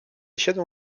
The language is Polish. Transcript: siedzę